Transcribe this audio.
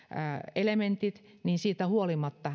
elementit niin siitä huolimatta